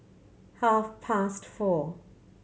half past four